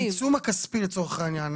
העיצום הכספי לצורך העניין,